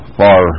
far